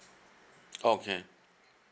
okay